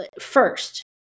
first